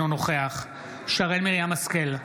אינו נוכח שרן מרים השכל,